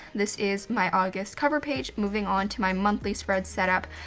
this is my august cover page. moving on to my monthly spread setup.